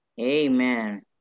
Amen